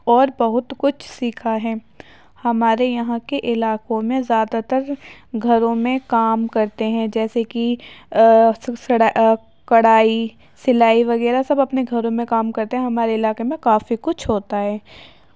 اور بہت کچھ سیکھا ہے ہمارے یہاں کے علاقوں میں زیادہ تر گھروں میں کام کرتے ہیں جیسے کہ کڑھائی سلائی وغیرہ سب اپنے گھروں میں کام کرتے ہیں ہمارے علاقے میں کافی کچھ ہوتا ہے